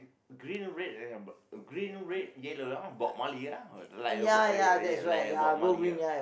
green red uh green red yellow ah Bob-Marley ah like uh uh uh like a Bob-Marley ah